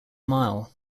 mile